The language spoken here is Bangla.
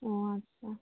ও আচ্ছা